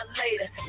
later